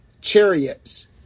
chariots